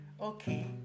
Okay